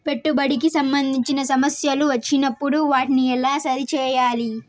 పెట్టుబడికి సంబంధించిన సమస్యలు వచ్చినప్పుడు వాటిని ఎలా సరి చేయాలి?